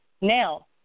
Now